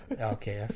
Okay